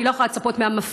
אני לא יכולה לצפות מהמפכ"ל,